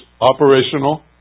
Operational